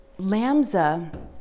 Lamza